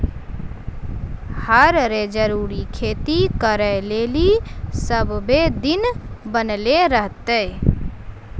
हर रो जरूरी खेती करै लेली सभ्भे दिन बनलो रहतै